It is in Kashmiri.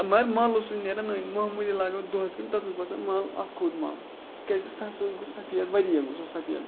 مگر مَل اوسُس نٮ۪ران نٔنۍ مہموٗلی لاگو دۄہَس کُن تَتھ اوس باسان مَل اَتھ کھوٚت مَل کیٛازِکہِ سُہ ہَسا گوٚو سفید واریاہ گوٚو سُہ سفید